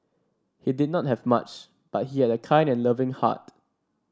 he did not have much but he had a kind and loving heart